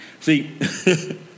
See